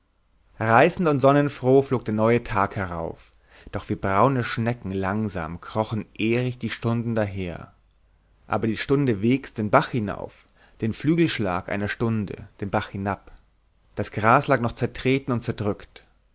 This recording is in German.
reißend und sonnenfroh flog der neue tag herauf doch wie braune schnecken langsam krochen erich die stunden daher aber die stunde wegs den bach hinauf den flügelschlag einer stunde den bach hinab das gras lag noch zertreten und zerdrückt